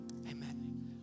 amen